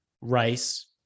rice